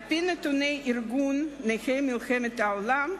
על-פי נתוני ארגון נכי מלחמת העולם,